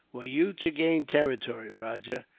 were you to gain territory, rajah,